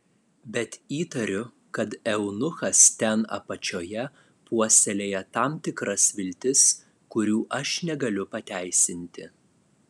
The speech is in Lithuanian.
bet įtariu kad eunuchas ten apačioje puoselėja tam tikras viltis kurių aš negaliu pateisinti